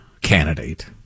candidate